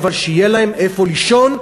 אבל שיהיה להם איפה לישון,